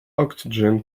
oxygen